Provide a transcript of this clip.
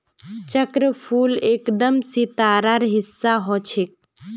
चक्रफूल एकदम सितारार हिस्सा ह छेक